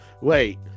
Wait